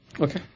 Okay